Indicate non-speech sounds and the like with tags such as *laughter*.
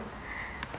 *breath*